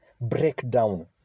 breakdown